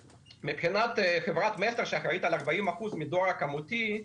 מבחינת חברת מסר שאחראית על 40 אחוזים מהדואר הכמותי,